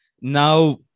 now